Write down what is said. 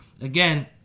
Again